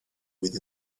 with